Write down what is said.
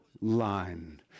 line